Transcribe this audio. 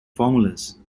formulas